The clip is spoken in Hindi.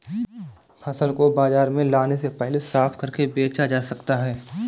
फसल को बाजार में लाने से पहले साफ करके बेचा जा सकता है?